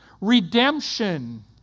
Redemption